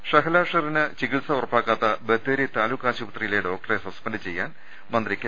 ഷഹല ഷെറിന് ചികിത്സ ഉറപ്പാക്കാത്ത ബത്തേരി താലൂക്ക് ആശു പത്രിയിലെ ഡോക്ടറെ സസ്പെൻഡ് ചെയ്യാൻ മന്ത്രി കെ